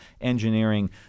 engineering